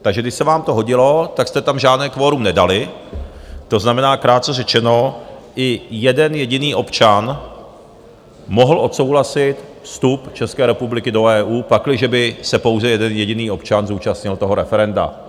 Takže když se vám to hodilo, tak jste tam žádné kvorum nedali, to znamená, krátce řečeno, i jeden jediný občan mohl odsouhlasit vstup České republiky do EU, pakliže by se pouze jeden jediný občan zúčastnil toho referenda.